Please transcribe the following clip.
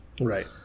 right